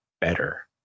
better